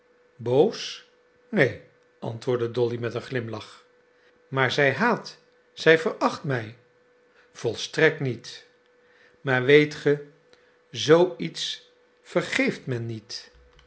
boos neen antwoordde dolly met een glimlach maar zij haat zij veracht mij volstrekt niet maar weet ge zoo iets vergeeft men niet